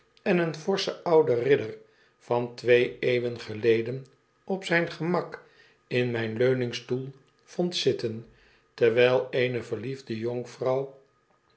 en een forschen ouden ridder van twee eeuwen geleden op zyn gemak in myn leuningstoel vond zitten terwyl eene verliefde jonkvrouw